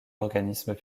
organismes